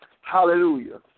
Hallelujah